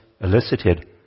elicited